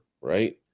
right